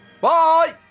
Bye